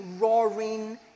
roaring